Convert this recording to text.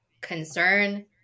concern